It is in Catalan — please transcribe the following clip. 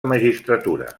magistratura